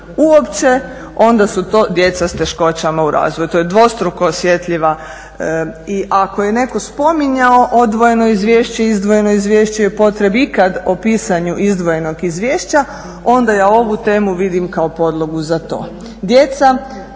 uopće, onda su to djeca s teškoća u razvoju. To je dvostruko osjetljiva, i ako je netko spominjao odvojeno izvješće, izdvojeno izvješće i o potrebi ikad o pisanju izdvojenog izvješća, onda ja ovu temu vidim kao podlogu za to.